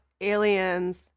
aliens